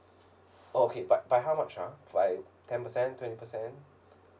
oh okay by by how much uh by ten percent twenty percent